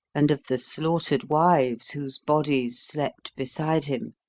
and of the slaughtered wives whose bodies slept beside him,